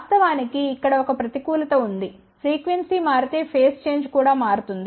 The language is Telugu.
వాస్తవానికిఇక్కడ ఒక ప్రతికూలత ఉంది ఫ్రీక్వెన్సీ మారితే ఫేజ్ చేంజ్ కూడా మారుతుంది